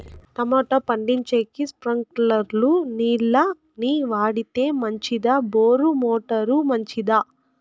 Tomato పండించేకి స్ప్రింక్లర్లు నీళ్ళ ని వాడితే మంచిదా బోరు మోటారు మంచిదా?